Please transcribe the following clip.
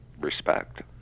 respect